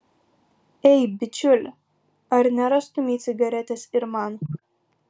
ei bičiuli ar nerastumei cigaretės ir man